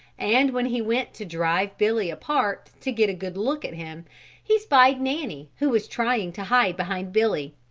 and when he went to drive billy apart to get a good look at him he spied nanny who was trying to hide behind billy.